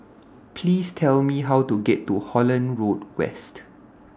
Please Tell Me How to get to Holland Road West